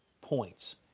points